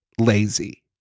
lazy